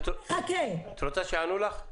את רוצה שיענו לך,